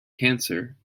cancer